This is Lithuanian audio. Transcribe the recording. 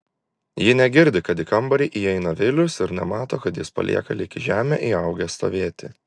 ji negirdi kad į kambarį įeina vilius ir nemato kad jis palieka lyg į žemę įaugęs stovėti